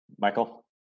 Michael